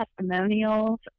testimonials